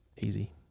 Easy